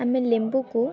ଆମେ ଲେମ୍ବୁକୁ